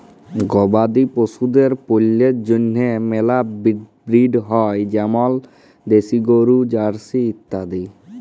গবাদি পশুদের পল্যের জন্হে মেলা ব্রিড হ্য় যেমল দেশি গরু, জার্সি ইত্যাদি